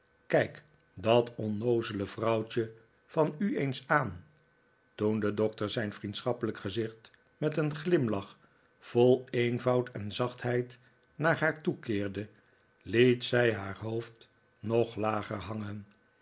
kijk dat onnoozele vrouwtje van u nu eens aan toen de doctor zijn vriendelijke gezicht met een glimlach vol eenvoud en zachtheid naar haar toekeerde liet zij haar hoofd nog lager hangen